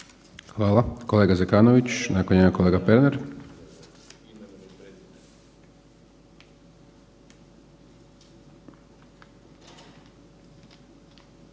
Hvala. Kolega Zekanović, nakon njega kolega Pernar.